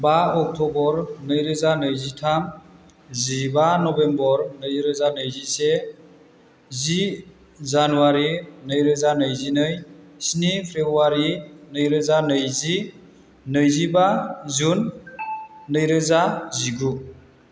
बा अक्टबर नैरोजा नैजिथाम जिबा नभेम्बर नैरोजा नैजिसे जि जानुवारी नैरोजा नैजिनै स्नि फ्रेबुवारि नैरोजा नैजि नैजिबा जुन नैरोजा जिगु